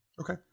Okay